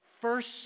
First